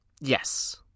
Yes